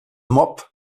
mob